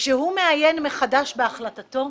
וכשהוא מעיין מחדש בהחלטתו,